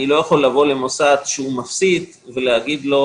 אני לא יכול לבוא למוסד מפסיד ולהגיד לו: